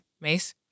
Mace